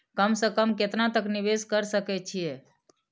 कम से कम केतना तक निवेश कर सके छी ए?